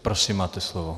Prosím, máte slovo.